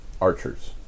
archers